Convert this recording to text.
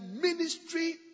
ministry